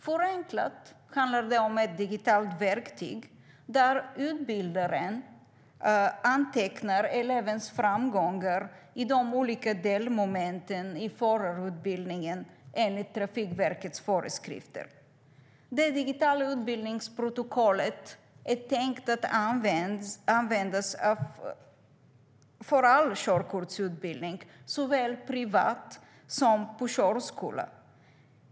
Förenklat handlar det om ett digitalt verktyg där utbildaren antecknar elevens framgångar i de olika delmomenten i förarutbildningen enligt Trafikverkets föreskrifter. Det digitala utbildningsprotokollet är tänkt att användas för all körkortsutbildning, såväl privat som på körskola.